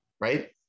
right